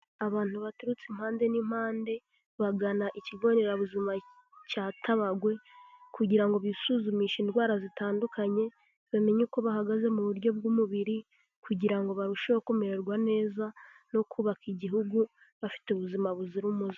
Abantu baturutse impande n'impande, bagana ikigo nderabuzima cya Tabagwe kugira ngo bisuzumishe indwara zitandukanye bamenye uko bahagaze mu buryo bw'umubiri, kugira ngo barusheho kumererwa neza no kubaka igihugu bafite ubuzima buzira umuze.